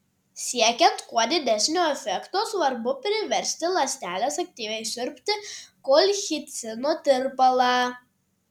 siekiant kuo didesnio efekto svarbu priversti ląsteles aktyviai siurbti kolchicino tirpalą